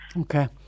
Okay